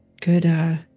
good